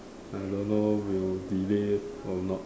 I don't know will delay or not